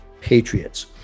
patriots